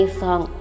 song